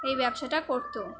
এই ব্যবসাটা করত